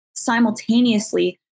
Simultaneously